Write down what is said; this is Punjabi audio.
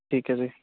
ਠੀਕ ਹੈ ਜੀ